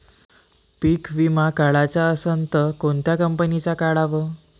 पीक विमा काढाचा असन त कोनत्या कंपनीचा काढाव?